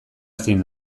ezin